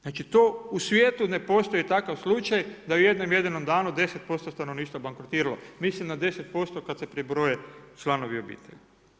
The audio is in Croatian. Znači to u svijetu ne postoji takav slučaj da u jednom jedinom danu 10% stanovništva bankrotiralo, mislim na 10% kada se pribroje članovi obitelji.